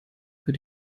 für